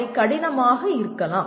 அவை கடினமாக இருக்கலாம்